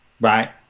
Right